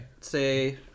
Say